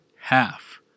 half